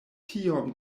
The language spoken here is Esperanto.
tiom